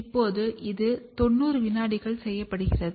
இப்போது இது 90 வினாடிகளுக்கு செய்யப்படுகிறது